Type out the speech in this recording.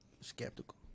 Skeptical